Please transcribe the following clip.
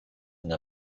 n’a